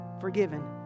forgiven